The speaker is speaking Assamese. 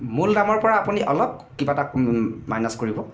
মূল দামৰপৰা আপুনি অলপ কিবা এটা মাইনাচ কৰিব